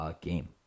game